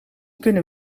kunnen